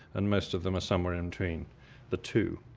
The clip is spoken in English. and most of them are somewhere in between the two.